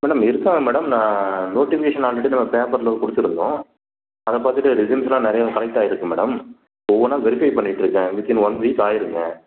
madam இருக்காங்க madam நான் notification already நம்ம பேப்பரில் கொடுத்துருந்தோம் அதை பார்த்துட்டு ரெஸ்யூம்ஸ் எல்லாம் நிறைய கலெக்ட் ஆயிருக்கு மேடம் ஒவ்வொன்னாக வெரிஃபை பண்ணிகிட்டு இருக்கேன் வித் இன் ஒன் வீக் ஆயிடுங்க